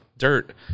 dirt